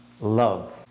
love